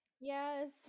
Yes